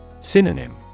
Synonym